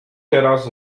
teraz